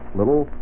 little